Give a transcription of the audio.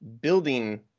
building